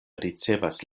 ricevas